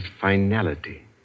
finality